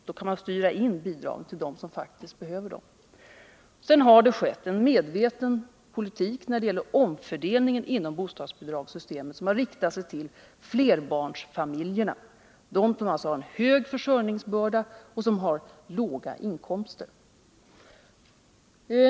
Då kan man styra in bidragen till dem som faktiskt behöver dem. Det har också förts en medveten politik när det gäller omfördelningen inom bostadsbidragssystemet som har riktat sig till flerbarnsfamiljerna, alltså till dem som har en stor försörjningsbörda och låga inkomster.